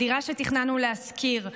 דירה שתכננו להשכיר,